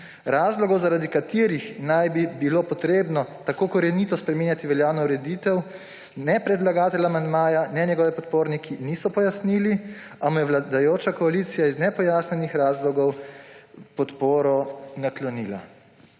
Razlogov, zaradi katerih naj bi bilo potrebno tako korenito spreminjati veljavno ureditev, ne predlagatelj amandmaja ne njegovi podporniki niso pojasnili, a mu je vladajoča koalicija iz nepojasnjenih razlogov podporo naklonila.